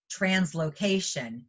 translocation